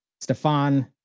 stefan